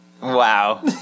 Wow